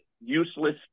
useless